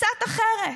קצת אחרת.